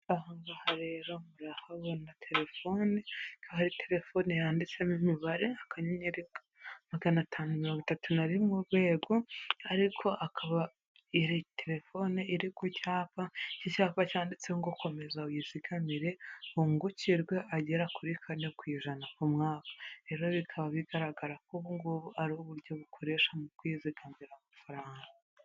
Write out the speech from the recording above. Ahangaha rero murahabona telefoneba, hari telefoni yanditsemo imibare *531# ariko akaba iri telefone iri ku cyapa kizakorwa cyanditseho ngo komeza wizigamire wungukirwe agera kuri 4% ku mwaka rero bikaba bigaragara ko ubungubu ari uburyo bukoresha mu kwizigamira amafaranga.